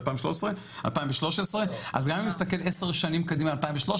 אז גם אם נסתכל עשר שנים קדימה מ-2013,